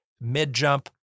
mid-jump